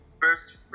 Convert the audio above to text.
first